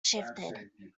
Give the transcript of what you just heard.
shifted